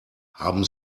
haben